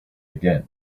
again